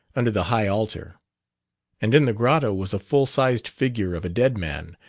under the high altar and in the grotto was a full-sized figure of a dead man,